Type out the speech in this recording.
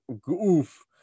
goof